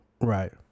Right